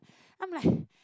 I'm like